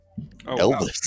Elvis